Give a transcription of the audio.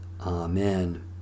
Amen